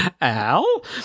Al